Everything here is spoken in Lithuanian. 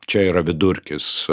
čia yra vidurkis